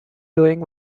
doing